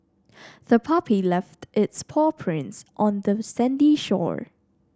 the puppy left its paw prints on the sandy shore